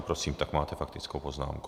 Prosím, máte faktickou poznámku.